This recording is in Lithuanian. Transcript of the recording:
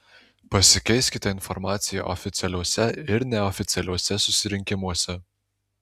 pasikeiskite informacija oficialiuose ir neoficialiuose susirinkimuose